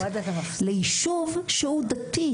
מאוד מעריך את עבודת ועדת ההשגות והיא מאוד מאוד חשובה מכמה היבטים,